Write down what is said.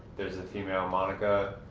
there's a female monica.